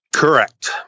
Correct